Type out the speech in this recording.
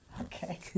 Okay